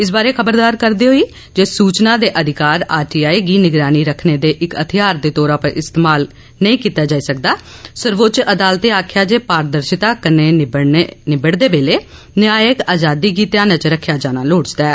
इस बारै खबरदार करदे होई जे सूचना दे अधिकार आर टी आई गी निगरानी रक्खने दे इक हथियार दे तौर पर इस्तेमाल नेईं कीता जाई सकदा सर्वोच्च अदालतै आखेआ जे पारदर्शिता कन्नै निब्बड़दे बेल्लै न्यायिक आजादी गी ध्याना च रक्खेआ जाना लोड़चदा ऐ